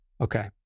Okay